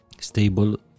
stable